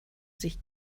sich